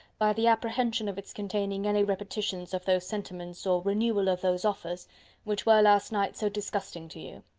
by the apprehension of its containing any repetition so of those sentiments or renewal of those offers which were last night so disgusting to you.